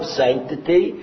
sanctity